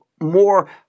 more